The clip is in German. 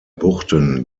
buchten